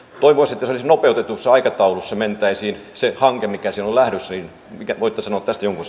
toivoisin että mentäisiin nopeutetussa aikataulussa se hanke mikä siinä on lähdössä voitteko sanoa tästä jonkun